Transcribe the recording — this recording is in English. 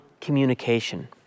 communication